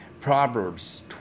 Proverbs